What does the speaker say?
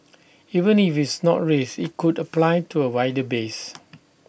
even if it's not raised IT could apply to A wider base